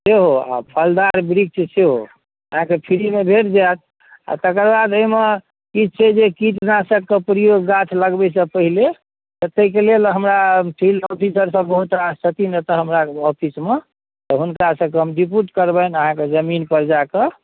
सेहो आ फलदार वृक्ष सेहो अहाँके फ्रीमे भेट जायत आ तकर बाद एहिमे की छै जे कीटनाशकके प्रयोग गाछ लगबैसँ पहिने तऽ ताहिके लेल हमरा फील्ड ऑफिसरसभ बहुत रास छथिन एतय हमरा ऑफिसमे तऽ हुनकासभके हम डेप्युट करबनि अहाँके जमीनपर जा कऽ